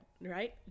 right